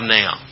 now